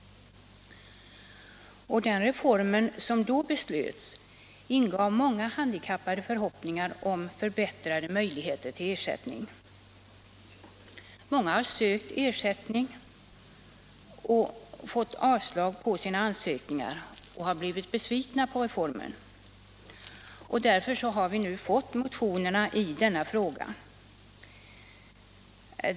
Den reform som då genomfördes ingav många handikappade förhoppningar om förbättrade möjligheter till ersättning. Många som sökt ersättning har emellertid fått avslag på sina ansökningar och blivit besvikna på reformen. Därför har vi nu fått motionerna i denna fråga.